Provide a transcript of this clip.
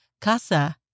casa